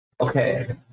okay